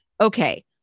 Okay